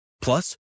Plus